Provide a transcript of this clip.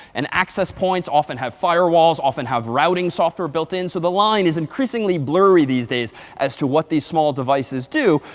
and access points often have firewalls, often have routing software built in. so the line is increasingly blurry these days as to what these small devices do.